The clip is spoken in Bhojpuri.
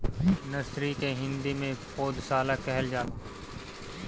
नर्सरी के हिंदी में पौधशाला कहल जाला